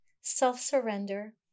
self-surrender